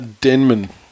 Denman